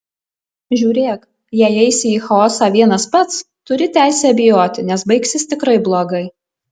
žiūrėk jei eisi į chaosą vienas pats turi teisę bijoti nes baigsis tikrai blogai